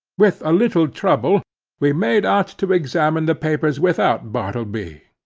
with a little trouble we made out to examine the papers without bartleby,